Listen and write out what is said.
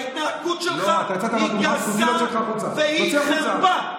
ההתנהגות שלך היא גסה והיא חרפה.